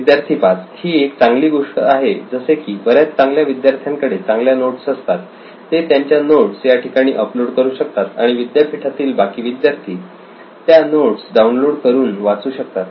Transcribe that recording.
विद्यार्थी 5 ही एक चांगली गोष्ट आहे जसे की बऱ्याच चांगल्या विद्यार्थ्यांकडे चांगल्या नोट्स असतात ते त्यांच्या नोट्स या ठिकाणी अपलोड करू शकतात आणि विद्यापीठातील बाकी विद्यार्थी त्या नोट्स डाउनलोड करून वाचू शकतात